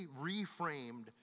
reframed